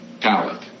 talent